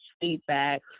feedback